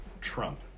Trump